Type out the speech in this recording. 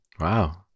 Wow